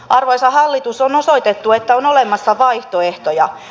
arvoisa hallitus on osoitettu että on olemassa vaihtoehtoja